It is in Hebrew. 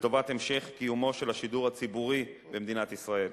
לטובת המשך קיומו של השידור הציבורי במדינת ישראל,